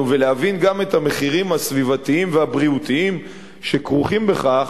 ולהבין גם את המחירים הסביבתיים הבריאותיים שכרוכים בכך,